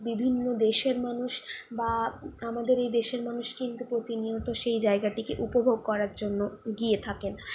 বিভিন্ন দেশের মানুষ বা আমাদের এই দেশের মানুষ কিন্তু প্রতিনিয়ত সেই জায়গাটিকে উপভোগ করার জন্য গিয়ে থাকেন